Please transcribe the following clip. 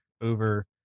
over